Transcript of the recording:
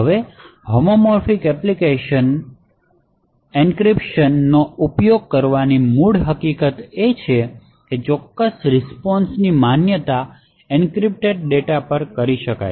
હવે homomorphic encryption નો ઉપયોગ કરવાની મૂળ હકીકત છે કે ચોક્કસ રીસ્પોન્શની માન્યતા એન્ક્રિપ્ટેડ ડેટા પર કરી શકાય છે